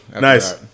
Nice